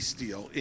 DEAL